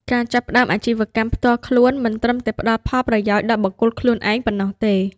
ការចាប់ផ្តើមអាជីវកម្មផ្ទាល់ខ្លួនមិនត្រឹមតែផ្តល់ផលប្រយោជន៍ដល់បុគ្គលខ្លួនឯងប៉ុណ្ណោះទេ។